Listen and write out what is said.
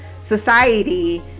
society